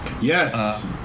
Yes